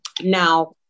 Now